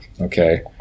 Okay